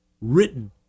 written